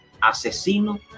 asesino